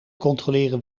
controleren